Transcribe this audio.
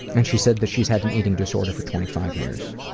and she said that she's had an eating disorder for twenty five years.